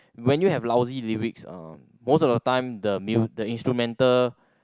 when you have lousy lyrics uh most of the time the mu~ the instrumental